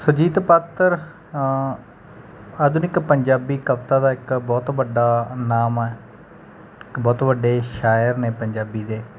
ਸੁਰਜੀਤ ਪਾਤਰ ਆਧੁਨਿਕ ਪੰਜਾਬੀ ਕਵਿਤਾ ਦਾ ਇੱਕ ਬਹੁਤ ਵੱਡਾ ਨਾਮ ਹੈ ਇੱਕ ਬਹੁਤ ਵੱਡੇ ਸ਼ਾਇਰ ਨੇ ਪੰਜਾਬੀ ਦੇ